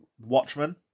Watchmen